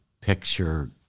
picture